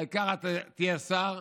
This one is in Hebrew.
העיקר, תהיה שר.